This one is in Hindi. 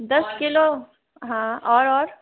दस किलो हाँ और और